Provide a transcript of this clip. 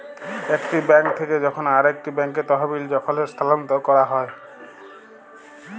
একটি বেঙ্ক থেক্যে যখন আরেকটি ব্যাঙ্কে তহবিল যখল স্থানান্তর ক্যরা হ্যয়